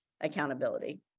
accountability